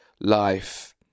life